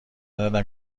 ندم